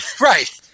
Right